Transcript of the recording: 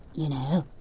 you know.